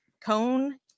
Cone